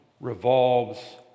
revolves